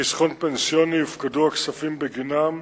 חיסכון פנסיוני יופקדו הכספים בגינם,